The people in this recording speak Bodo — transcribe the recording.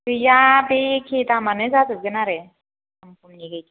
गैया बे एखे दामआनो जाजोबगोन आरो दाम खमनि गैखाया